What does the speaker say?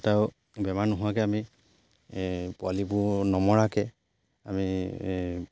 ত' বেমাৰ নোহোৱাকৈ আমি পোৱালিবোৰ নমৰাকৈ আমি